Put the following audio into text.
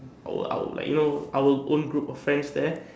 our our like you know our own group of friends there